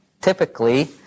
Typically